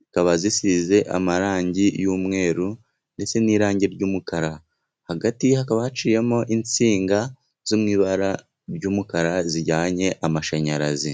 zikaba zisize amarangi y'umweru ndetse n'irangi ry'umukara, hagati hakaba haciyemo insinga zo mw'ibara ry'umukara zijyanye amashanyarazi.